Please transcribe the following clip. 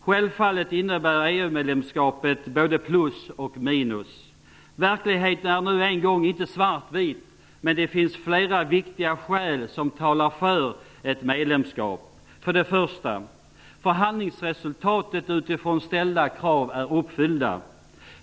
Självfallet innebär EU-medlemskapet både plus och minus. Verkligheten är nu en gång inte svartvit, men det finns flera viktiga skäl för ett medlemskap. För det första: De krav som ställdes på förhandlingsresultatet är uppfyllda.